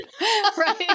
Right